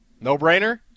No-brainer